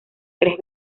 tres